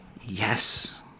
yes